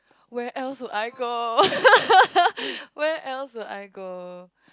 where else would I go where else would I go